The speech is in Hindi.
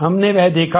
हमने वह देखा है